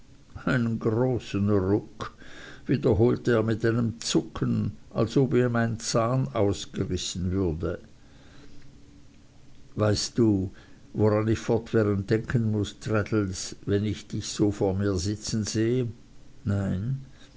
einen großen ruck wiederholte er mit einem zucken als ob ihm ein zahn ausgerissen würde weißt du woran ich fortwährend denken muß traddles wenn ich dich so vor mir sitzen sehe nein